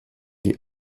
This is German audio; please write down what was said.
die